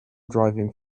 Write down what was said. driving